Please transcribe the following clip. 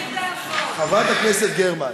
חברת הכנסת גרמן,